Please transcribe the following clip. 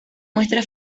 muestra